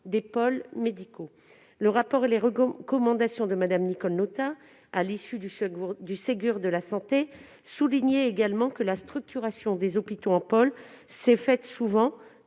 des pôles médicaux. Le rapport et les recommandations de Mme Nicole Notat, à l'issue du Ségur de la santé, soulignaient également que la structuration des hôpitaux en pôles s'est souvent